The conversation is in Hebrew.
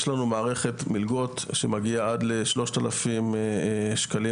יש לנו מערכת מלגות שמגיעה עד ל-3,000 שקלים